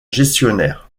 gestionnaire